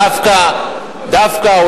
דווקא, אתה מוציא אותנו משם.